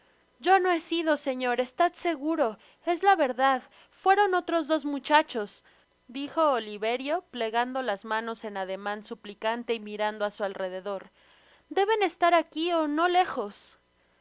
yo no he sido señor estad seguro es la verdad fueron otros dos muchachos dijo oliverio plegando las manos en ademan suplicante y mirando á su alrededordeben estar aqui ó no lejos